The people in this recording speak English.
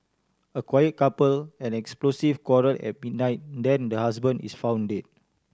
a quiet couple an explosive quarrel at midnight then the husband is found dead